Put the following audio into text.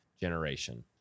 generation